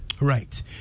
right